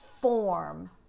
form